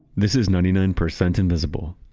this is ninety nine percent invisible.